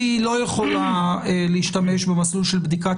היא לא יכולה להשתמש במסלול של בדיקת